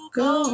go